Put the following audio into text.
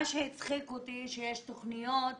מה שהצחיק אותי, שיש תוכניות